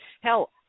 hell